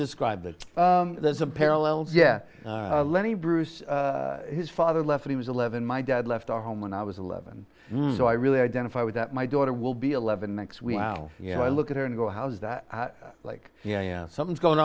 describe it there's a parallels yeah lenny bruce his father left he was eleven my dad left our home when i was eleven so i really identify with that my daughter will be eleven next week well you know i look at her and go how is that like something's going